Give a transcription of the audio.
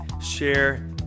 share